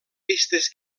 pistes